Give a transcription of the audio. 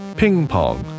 ping-pong